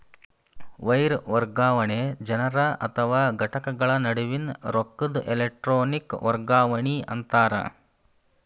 wire ವರ್ಗಾವಣೆ ಜನರ ಅಥವಾ ಘಟಕಗಳ ನಡುವಿನ್ ರೊಕ್ಕದ್ ಎಲೆಟ್ರೋನಿಕ್ ವರ್ಗಾವಣಿ ಅಂತಾರ